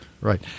right